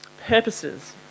purposes